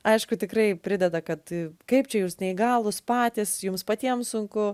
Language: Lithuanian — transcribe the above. aišku tikrai prideda kad kaip čia jūs neįgalūs patys jums patiems sunku